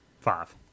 Five